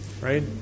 Right